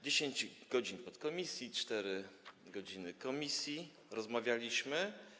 10 godzin w podkomisji, 4 godziny w komisji - rozmawialiśmy.